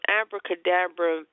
abracadabra